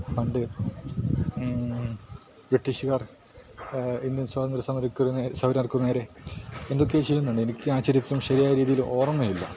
പണ്ട് ബ്രിട്ടീഷുകാർ ഇന്ത്യൻ സ്വാതന്ത്ര്യ സമരക്കാർക്ക് സമരക്കാർക്ക് നേരെ എന്തൊക്കെയോ ചെയ്യുന്നുണ്ട് എനിക്ക് ആ ചരിത്രം ശരിയായ രീതിയിൽ ഓർമ്മയില്ല